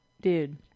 Dude